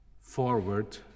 forward